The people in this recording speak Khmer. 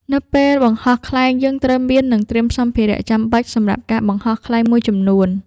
នៅពេលបង្ហោះខ្លែង យើងត្រូវមាន និងត្រៀមសម្ភារៈចាំបាច់សម្រាប់ការបង្ហោះខ្លែងមួយចំនួន។